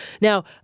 Now